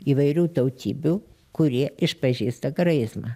įvairių tautybių kurie išpažįsta karaizmą